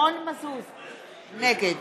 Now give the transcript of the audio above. נגד